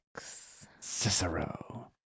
Cicero